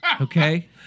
Okay